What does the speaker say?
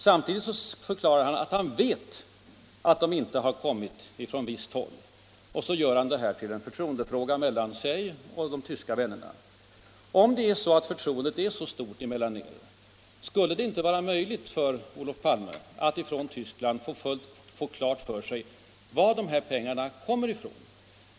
Samtidigt förklarar han att han vet att de inte har kommit från visst håll. Sedan gör han det hela till en förtroendefråga mellan sig och de tyska vännerna. Om förtroendet är så stort mellan er, skulle det då inte vara möjligt för Olof Palme att från Tyskland får reda på varifrån pengarna kommit?